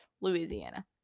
Louisiana